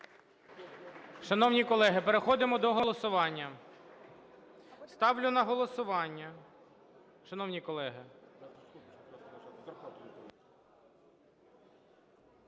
Шановні колеги, переходимо до голосування. Ставлю на голосування, шановні колеги...